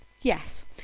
Yes